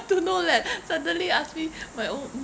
don't know leh suddenly ask me my own